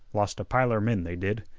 lost a piler men, they did.